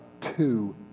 two